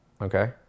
Okay